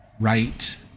right